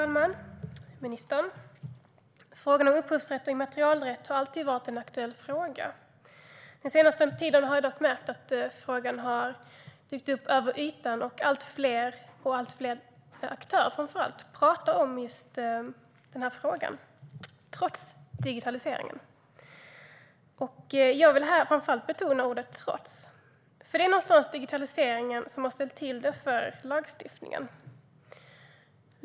Herr talman! Frågan om upphovsrätt och immaterialrätt har alltid varit en aktuell fråga. Under den senaste tiden har jag dock märkt att frågan har dykt upp över ytan och att allt flera aktörer pratar om den, trots digitaliseringen. Och jag vill här betona framför allt ordet "trots", för någonstans har digitaliseringen ställt till det för lagstiftningen.